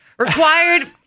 Required